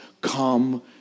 Come